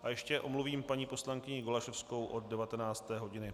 A ještě omluvím paní poslankyni Golasowskou od 19. hodiny.